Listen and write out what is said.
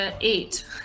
eight